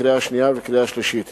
לקריאה שנייה ולקריאה שלישית.